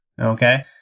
Okay